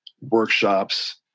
workshops